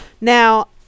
Now